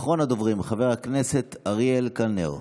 אחרון הדוברים, חבר הכנסת אריאל קלנר.